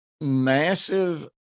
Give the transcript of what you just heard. massive